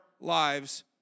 lives